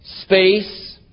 space